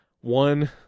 one